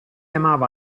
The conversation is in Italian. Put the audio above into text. amava